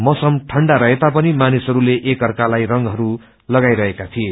मोसम ठण्डा रहेता पनि मानिसहरूले एक अर्कालाई रंगहरू लगाईरहेका थिए